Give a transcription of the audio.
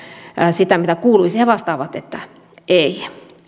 sitä mitä kuuluisi he vastaavat että ei